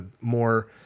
more